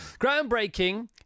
Groundbreaking